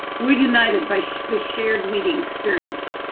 we're united by the shared meeting experience.